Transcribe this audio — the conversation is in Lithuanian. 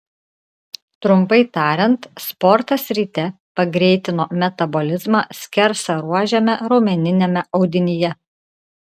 trumpai tariant sportas ryte pagreitino metabolizmą skersaruožiame raumeniniame audinyje